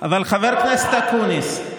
חבר הכנסת אקוניס,